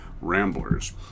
Ramblers